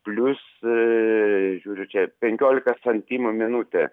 plius žiūriu čia penkiolika santymų minutė